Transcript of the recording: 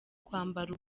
kwambara